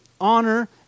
honor